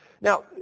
Now